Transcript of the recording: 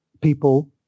people